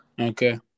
Okay